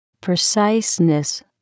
preciseness